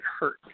hurt